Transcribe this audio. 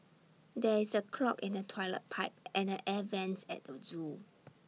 there is A clog in the Toilet Pipe and the air Vents at the Zoo